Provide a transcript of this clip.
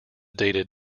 dated